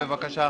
לכולם.